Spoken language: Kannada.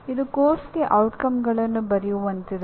ಇದು ಪಠ್ಯಕ್ರಮದ ಪರಿಣಾಮಗಳನ್ನು ಬರೆಯುವಂತಿದೆ